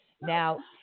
Now